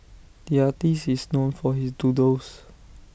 the artist is known for his doodles